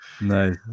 nice